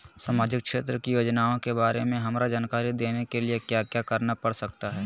सामाजिक क्षेत्र की योजनाओं के बारे में हमरा जानकारी देने के लिए क्या क्या करना पड़ सकता है?